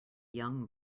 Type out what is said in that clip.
young